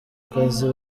kazi